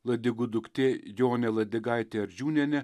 ladigų duktė jonė ladigaitė ardžiūnienė